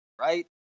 right